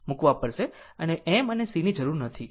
મૂકવા પડશે અને m અને c જરૂર નથી